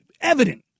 evident